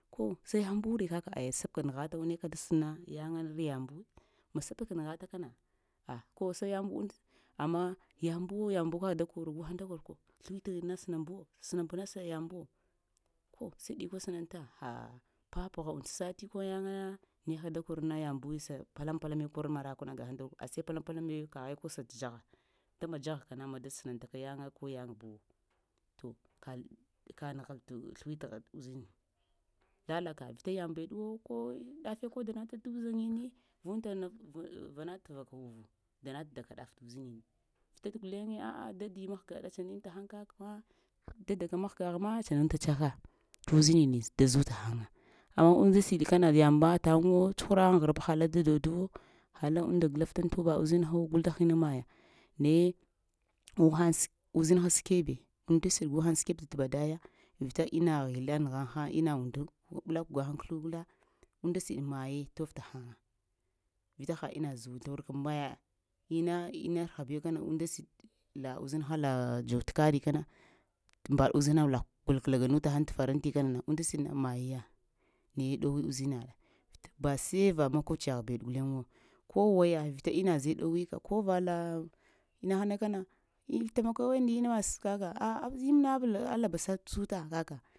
yaŋbure? Kaka aya sabka nəghatu ne ka da səna yaŋare, yaŋbu, ma sabka nəghata kana ah ko sa yaŋbu, amma yaŋbuwo yaŋbu kak da kor guhaŋ da koro sləwitighin ma sənaŋbuwo sənaŋb na sa yaŋbuwo, ko sai ɗikwe sənaŋta ha papəgha und sati kol yaŋana neka da korna yaŋbu sa paləm-palame kor marakwna gahəŋ da kor ashe pəlam-palame kaghe ko sənata dzagha, vita ma dzaghaka na ma da sənaŋtaka yaŋa ko yaŋbu to ka ka nəghabtaka sləwitgha uzini halaka vita yaŋmbeɗuwo, dafe ko danataka tə uzaŋini vunta neɗ, vanata vaka uvu danata dakani vita guleŋe a'a dadi mahga da tsanunti təhəŋ kakama dada ka mahgah ma tsanunta tsaka tə uzinini zuta həŋa amma unnda siɗ kana yaŋb mataŋwo, tsuhura aŋghrap hala dodwo hala unnda gəlafta aŋ toba uzinhawo gul da hin aŋ maya, naye ɗow həŋ uzinha səkwebe unnda sidi guhəŋ da skweb dat badaya, vita inna ghile nəgha həŋa, inna unndu, gu ɓəlakw gahaŋ kəluta, unnda siɗi maye tof tahəŋa, vita ha inna zə tawur maya inna-innarha baw kana unnda siɗ la uzinha la dzow tə karikana mbaɗuzina lakw gol kəlaga nuŋ təhəŋ tə faranti na, unnda siɗna maiya naye ɗowi uzina lamuŋ ba sai va makociyagh bewu guleŋwo, ko wayu inna zəe dowika kova la inahana kanu eh tamaka weɗ nda ina zə kaka a'ah sa zuta kaka.